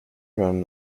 run